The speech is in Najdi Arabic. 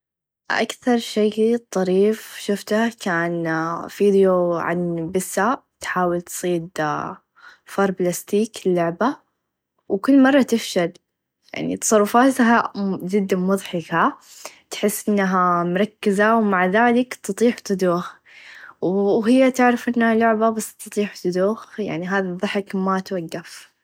أكثر شئ طريف شفته كان فيديو عن بيسه تحاول تصيد فار بلاستيك لعبه و كل مره تفشل يعني تصرفاها چدا مظحكه تحس إنها مركزه و مع ذالك تطيح تدوخ و هى تعرف إنها لعبه بس تطيح و تدوخ يعني هذا الظحك ما توقف.